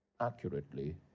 accurately